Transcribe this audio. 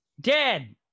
dead